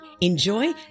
enjoy